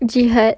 jihad